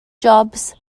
jobs